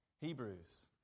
Hebrews